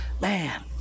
Man